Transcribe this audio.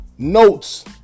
Notes